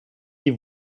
die